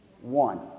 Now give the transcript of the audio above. One